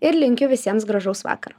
ir linkiu visiems gražaus vakaro